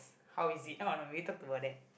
how is it oh no we talked about that